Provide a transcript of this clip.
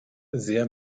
sehr